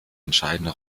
entscheidende